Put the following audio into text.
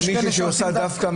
יש מישהי שהיא עושה דווקא,